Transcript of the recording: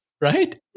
right